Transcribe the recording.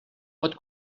pot